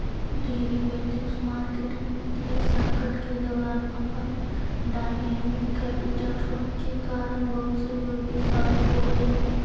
derivatives market वित्तीय संकट के दौरान अपन डायनेमिक कैपिटल रूप के कारण बहुत सहयोगी साबित होवऽ हइ